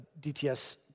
DTS